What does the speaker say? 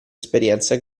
esperienza